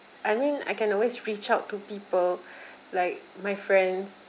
I mean I can always reach out to people like my friends